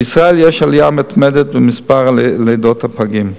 בישראל יש עלייה מתמדת במספר לידות הפגים.